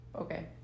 Okay